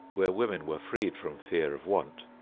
where women were freed from fear of want,